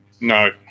No